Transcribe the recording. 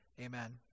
Amen